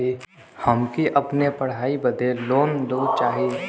हमके अपने पढ़ाई बदे लोन लो चाही?